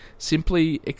simply